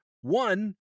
One